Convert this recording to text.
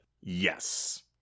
Yes